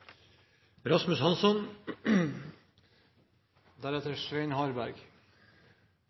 Rasmus Hansson